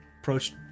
Approached